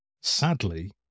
Sadly